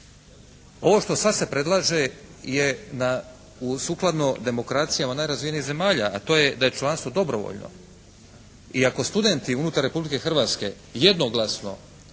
Oo što sad se predlaže je na, sukladno u demokracijama najrazvijenijih zemalja, a to je da je članstvo dobrovoljno. I ako studenti unutar Republike Hrvatske jednoglasno